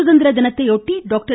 சுதந்திர தினத்தையொட்டி டாக்டர்